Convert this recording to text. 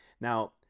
Now